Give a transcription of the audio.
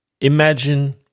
Imagine